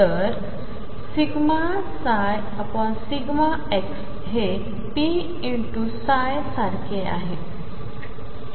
तर ∂ψ ∂xहेp×ψ सारखेआहे